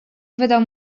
wydał